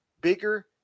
bigger